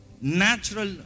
natural